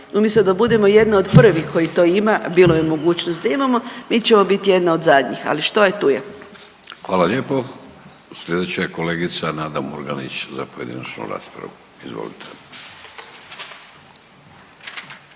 umjesto da budemo jedna od prvih koji to ima, bilo je mogućnosti da imamo, mi ćemo bit jedna od zadnjih, ali što je tu je. **Vidović, Davorko (Nezavisni)** Hvala lijepo. Slijedeća je kolegica Nada Murganić za pojedinačnu raspravu, izvolite.